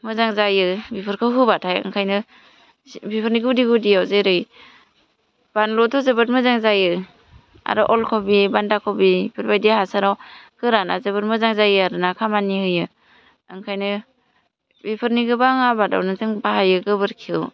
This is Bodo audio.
मोजां जायो बिफोरखौ होबाथाय ओंखायनो बिफोरनि गुदि गुदियाव जेरै बानलुथ' जोबोद मोजां जायो आरो अल क'फि बान्दा क'बि बेफोबायदि हासाराव गोरानआ जोबोर मोजां जायो आरो ना खामानि होयो ओंखायनो बेफोरनि गोबां आबादावनो जों बाहायो गोबोरखिखौ